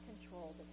control